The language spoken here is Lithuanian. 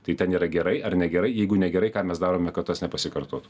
tai ten yra gerai ar negerai jeigu negerai ką mes darome kad tas nepasikartotų